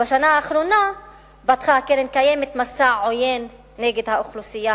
בשנה האחרונה פתחה קרן קיימת מסע עוין נגד האוכלוסייה